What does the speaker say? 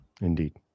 Indeed